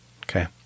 Okay